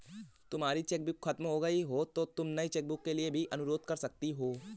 तुम्हारी चेकबुक खत्म हो गई तो तुम नई चेकबुक के लिए भी अनुरोध कर सकती हो